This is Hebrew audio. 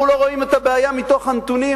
אנחנו לא רואים את הבעיה מתוך הנתונים,